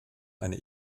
eine